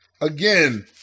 again